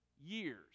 years